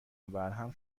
وبرهم